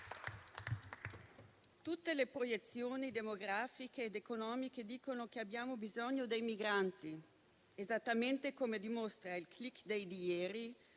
Tutte le proiezioni demografiche ed economiche dicono che abbiamo bisogno dei migranti, esattamente come dimostra il *click* *day* di ieri,